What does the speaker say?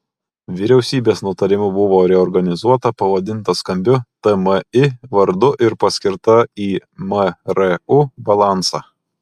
vyriausybės nutarimu buvo reorganizuota pavadinta skambiu tmi vardu ir paskirta į mru balansą